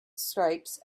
stripes